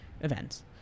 events